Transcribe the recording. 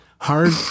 hard